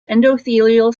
endothelial